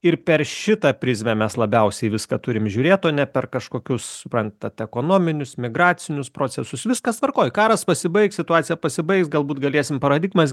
ir per šitą prizmę mes labiausiai viską turim žiūrėt o ne per kažkokius suprantat ekonominius migracinius procesus viskas tvarkoj karas pasibaigs situacija pasibaigs galbūt galėsim paradigmas